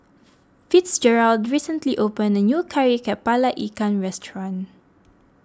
Fitzgerald recently opened a new Kari Kepala Ikan restaurant